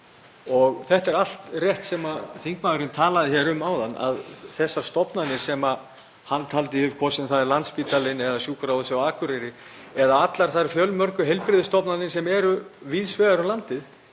Þetta er allt rétt sem þingmaðurinn talaði um áðan, þessar stofnanir sem hann taldi upp, hvort sem það er Landspítalinn eða Sjúkrahúsið á Akureyri eða allar þær fjölmörgu heilbrigðisstofnanir sem eru víðs vegar um landið.